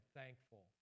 thankful